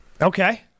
Okay